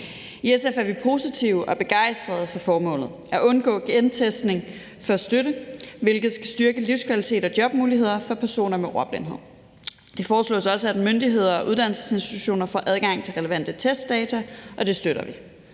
I SF er vi positive og begejstrede for formålet at undgå testning før støtte, hvilket vil styrke livskvaliteten og jobmulighederne for personer med ordblindhed. Det foreslås også, at myndigheder og uddannelsesinstitutioner får adgang til relevante testdata, og det støtter vi.